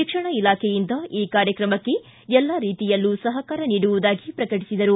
ಶಿಕ್ಷಣ ಇಲಾಖೆಯಿಂದ ಈ ಕಾರ್ಯತ್ರಮಕ್ಕೆ ಎಲ್ಲಾ ರೀತಿಯಲ್ಲೂ ಸಹಕಾರ ನೀಡುವುದಾಗಿ ಪ್ರಕಟಿಸಿದರು